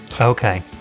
okay